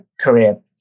career